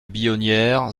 billonnière